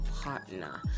partner